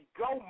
go